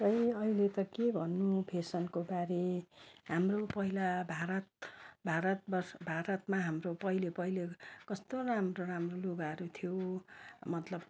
खै अहिले त के भन्नु फेसनको बारे हाम्रो पहिला भारत भारतवर्ष भारतमा हाम्रो पहिले पहिले कस्तो राम्रो राम्रो लुगाहरू थियो मतलब कुर्ता